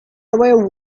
away